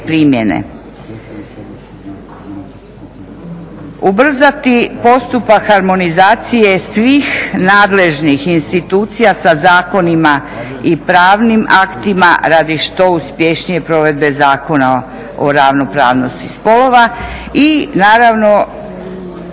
ubrzati postupak harmonizacije svih nadležnih institucija sa zakonima i pravnim aktima radi što uspješnije provedbe Zakona o ravnopravnosti spolova i naravno